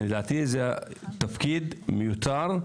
לדעתי זה תפקיד מיותר,